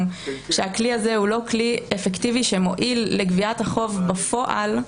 שהכלי הזה הוא לא כלי אפקטיבי שמועיל לגביית החוב בפועל,